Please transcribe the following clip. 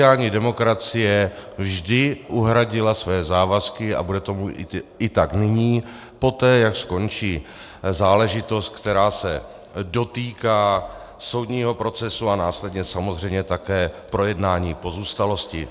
Sociální demokracie vždy uhradila své závazky a bude tomu tak i nyní poté, jak skončí záležitost, která se dotýká soudního procesu, a následně samozřejmě také projednání pozůstalosti.